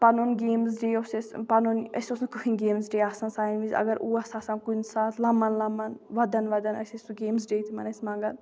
پںُن games day اوس اَسہِ پںُن اَسہِ اوس نہٕ کٕہٲنۍ گیمٕز ڈے آسان سانہِ وِز اگر اوس آسان کُنہِ ساتہٕ لَمَان لَمَان وَدَان وَدَان أسۍ ٲسۍ سُہ گیمٕز ڈے تِمَن ٲسۍ منٛگَان